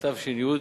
בתש"י 1950,